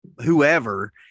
whoever